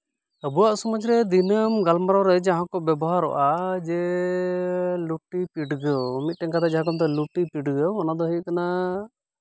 ᱟᱵᱚᱣᱟᱜ ᱥᱚᱢᱟᱡ ᱨᱮ ᱫᱤᱱᱟᱹᱢ ᱜᱟᱞᱢᱟᱨᱟᱣ ᱨᱮ ᱡᱟᱦᱟᱸ ᱠᱚ ᱵᱮᱵᱚᱦᱟᱨᱚᱜᱼᱟ ᱡᱮ ᱞᱩᱴᱤ ᱯᱤᱰᱜᱟᱹᱣ ᱢᱤᱫᱴᱮᱱ ᱠᱟᱛᱷᱟ ᱡᱟᱦᱟᱸ ᱠᱚ ᱢᱮᱛᱟᱜᱼᱟ ᱞᱩᱴᱤ ᱯᱤᱰᱜᱟᱹᱣ ᱚᱱᱟ ᱫᱚ ᱦᱩᱭᱩᱜ ᱠᱟᱱᱟ